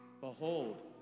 Behold